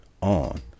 on